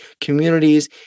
communities